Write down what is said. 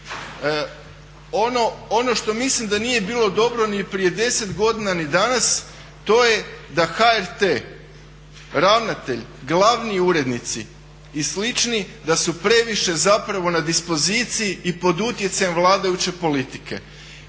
Ono što mislim da nije bilo dobro ni prije 10 godina ni danas to je da HRT, ravnatelj, glavni urednici i slični da su previše zapravo na dispoziciji i pod utjecajem vladajuće politike.